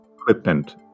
equipment